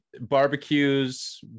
barbecues